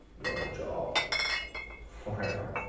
your job forever.